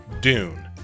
Dune